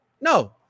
No